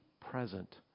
present